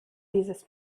dieses